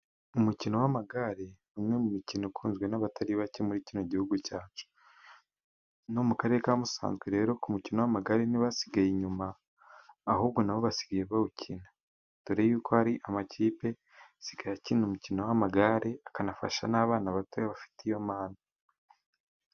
Umukino w'amagare n'umwe mu mikino ikunzwe n'abatari bake muri kino gihugu cyacu, no mu karere ka Musanze rero ku mukino w'amagare ntibasigaye inyuma, ahubwo nabo basigaye bawukina dore yuko hari amakipe asigaye akina umukino w'amagare, akanafasha n'abana bato bafite iyo mpano.